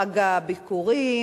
חג הביכורים,